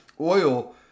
Oil